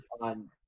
on